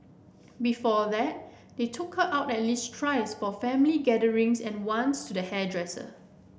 before that they took her out at least thrice for family gatherings and once to the hairdresser